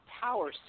power